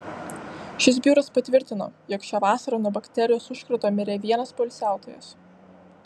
šis biuras patvirtino jog šią vasarą nuo bakterijos užkrato mirė vienas poilsiautojas